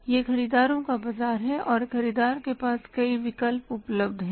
यह खरीदारों का बाजार है और ख़रीदार के पास कई विकल्प उपलब्ध हैं